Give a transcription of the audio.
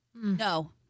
No